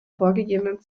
vorgegebenen